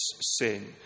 sin